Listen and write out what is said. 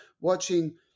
watching